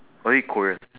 or is it korean